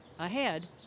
ahead